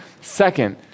Second